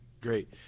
great